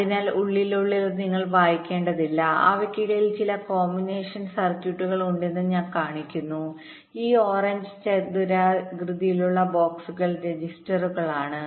അതിനാൽ ഉള്ളിലുള്ളത് നിങ്ങൾ വായിക്കേണ്ടതില്ല അവയ്ക്കിടയിൽ ചില കോമ്പിനേഷൻ സർക്യൂട്ടുകൾഉണ്ടെന്ന് ഞാൻ കാണിക്കുന്നു ഈ ഓറഞ്ച് ചതുരാകൃതിയിലുള്ള ബോക്സുകൾ രജിസ്റ്ററുകളാണ്